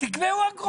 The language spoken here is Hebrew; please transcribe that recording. תקבעו אגרות.